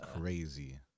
crazy